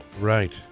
Right